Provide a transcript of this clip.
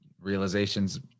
realizations